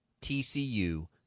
TCU